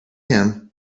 him